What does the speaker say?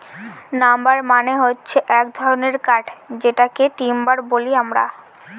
number মানে হচ্ছে এক ধরনের কাঠ যেটাকে টিম্বার বলি আমরা